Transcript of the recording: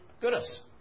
Goodness